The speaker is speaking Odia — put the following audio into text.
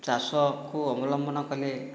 ଚାଷକୁ ଅବଲମ୍ବନ କଲେ